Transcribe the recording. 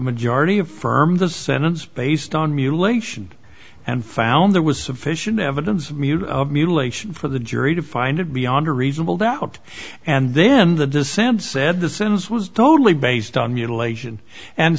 majority of firm the sentence based on mutilation and found there was sufficient evidence of mutilation for the jury to find it beyond a reasonable doubt and then the descends said the sentence was totally based on mutilation and